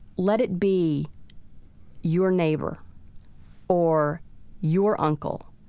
let it be your neighbor or your uncle,